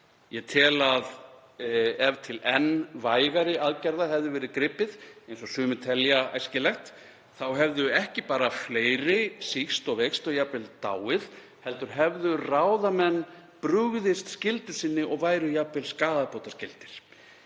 Ég tel að ef til enn vægari aðgerða hefði verið gripið, eins og sumir telja æskilegt, hefðu ekki bara fleiri sýkst og veikst og jafnvel dáið heldur hefðu ráðamenn brugðist skyldu sinni og væru jafnvel skaðabótaskyldir.